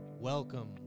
Welcome